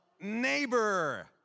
neighbor